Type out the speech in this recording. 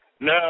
no